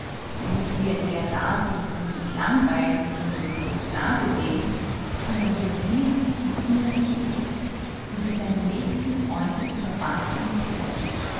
nicht wie er leer dasitzt und sich langweilt und womöglich durch die nase gähnt sondern wie er wirklich im innersten ist und wie seine nächsten freunde und verwandten ihn kennen